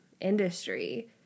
industry